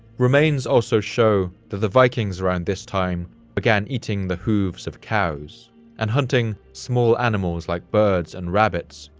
remains also show that the vikings around this time began eating the hooves of cows and hunting small animals like birds and rabbits,